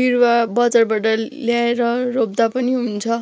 बिरुवा बजारबाट ल्याएर रोप्दा पनि हुन्छ